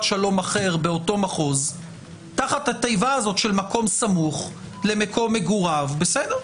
שלום אחר באותו מחוז תחת התיבה הזאת של מקום סמוך למקום מגוריו בסדר,